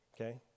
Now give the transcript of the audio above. okay